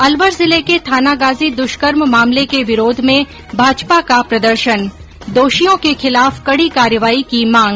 अलवर जिले के थानागाजी दृष्कर्म मामले के विरोध में भाजपा का प्रदर्शन दोषियों के खिलाफ कडी कार्यवाही की मांग